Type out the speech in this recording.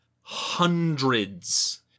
hundreds